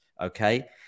okay